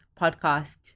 podcast